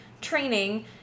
training